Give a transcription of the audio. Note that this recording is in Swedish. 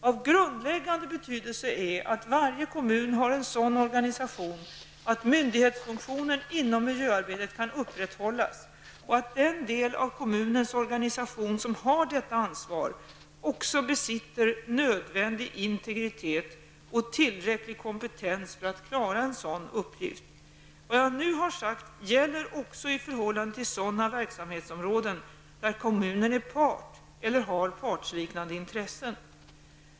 Av grundläggande betydelse är att varje kommun har en sådan organisation att myndighetsfunktionen inom miljöarbetet kan upprätthållas och att den del av kommunens organisation som har detta ansvar också besitter nödvändig integritet och tillräcklig kompetens för att klara en sådan uppgift. Vad jag nu har sagt gäller också i förhållande till sådana verksamhetsområden där kommunen är part eller har partsliknande intressen.